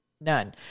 None